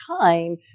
time